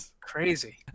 Crazy